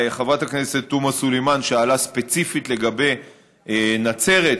חברת הכנסת תומא סלימאן שאלה ספציפית לגבי נצרת,